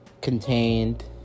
contained